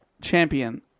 champion